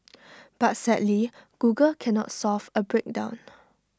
but sadly Google cannot solve A breakdown